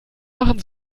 machen